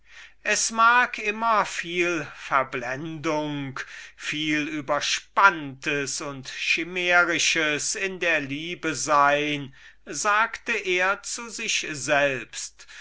es mag immer viel verblendung viel überspanntes und schimärisches in der liebe sein sagte er zu sich selbst